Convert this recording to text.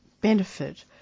benefit